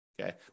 okay